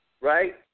right